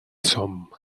som